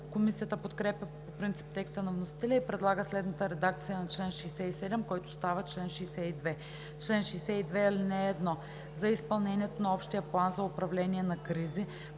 Комисията подкрепя по принцип текста на вносителя и предлага следната редакция на чл. 67, който става чл. 62: „Чл. 62. (1) За изпълнението на общия план за управление на кризи